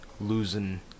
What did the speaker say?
losing